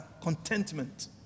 Contentment